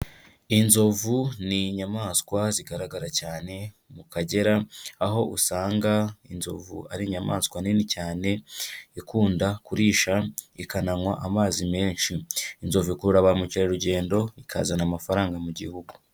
Inzovu ni inyamaswa zigaragara cyane mu Kagera, aho usanga inzovu ari inyamaswa nini cyane, ikunda kurisha ikananywa amazi menshi. Inzovu ikurura ba mukerarugendo, ikazana amafaranga mu gihugu.